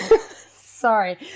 Sorry